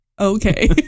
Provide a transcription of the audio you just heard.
okay